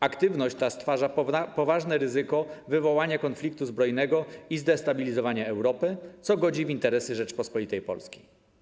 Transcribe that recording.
Aktywność ta stwarza poważne ryzyko wywołania konfliktu zbrojnego i zdestabilizowania Europy, co godzi w interesy Rzeczypospolitej Polskiej.